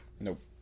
Nope